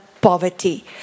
poverty